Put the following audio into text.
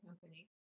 company